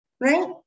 right